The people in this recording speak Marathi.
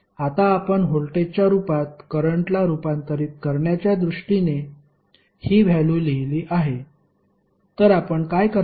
आता आपण व्होल्टेजच्या रूपात करंटला रुपांतरित करण्याच्या दृष्टीने हि व्हॅल्यु लिहिली आहे तर आपण काय कराल